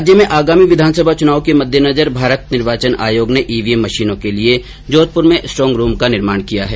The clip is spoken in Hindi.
राज्य में आगामी विधानसभा चुनाव के मददेनजर भारत निर्वाचन आयोग ने ईवीएम मशीनों के लिए जोधपुर में स्ट्रॉग रूम का निर्माण किया हैं